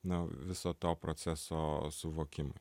nu viso to proceso suvokimo